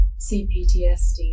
CPTSD